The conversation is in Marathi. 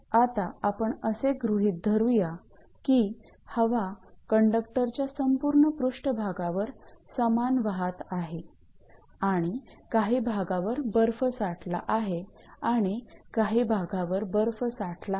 आता आपण असे गृहीत धरूया की हवा कंडक्टरच्या संपूर्ण पृष्ठभागावर समान वाहत आहे आणि काही भागावर बर्फ साठला आहे आणि काही भागावर बर्फ साठला नाही